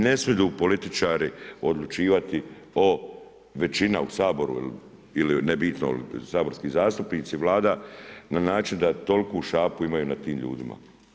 Ne smiju političari odlučivati o, većina u Saboru ili nebitno, saborski zastupnici, Vlada, na način da toliku šapu imaju na tim ljudima.